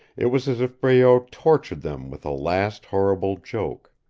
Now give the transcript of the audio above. it was as if breault tortured them with a last horrible joke.